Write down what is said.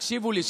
תקשיבו לי,